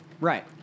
Right